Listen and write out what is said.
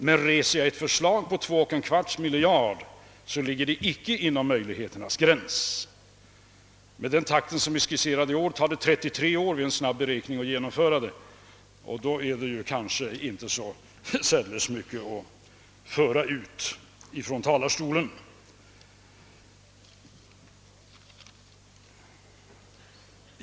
Men reser man ett förslag som kostar 21/4 miljarder att genomföra ligger det inte inom möjligheternas gräns. Med den takt som är skisserad i år tar det vid en snabb beräkning 33 år att genomföra ett sådant förslag, och då är det inte mycket att föra fram från denna talarstol.